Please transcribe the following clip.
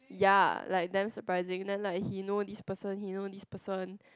ya like damn surprising then like he know this person he know this person